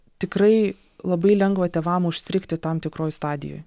tikrai labai lengva tėvam užstrigti tam tikroj stadijoj